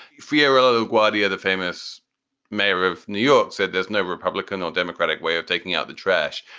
fiorillo guardia. the famous mayor of new york said there's no republican or democratic way of taking out the trash.